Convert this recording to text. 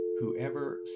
Whoever